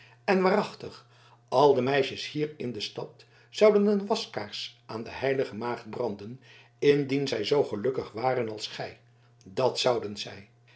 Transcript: en waarachtig al de meisjes hier in de stad zouden een waskaars aan de heilige maagd branden indien zij zoo gelukkig waren als gij dat zouden zij